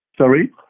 Sorry